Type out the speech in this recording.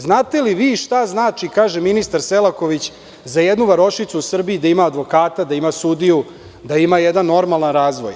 Znate li vi šta znači, kaže ministar Selaković, za jednu varošicu u Srbiji da ima advokata, sudiju, jedan normalan razvoj.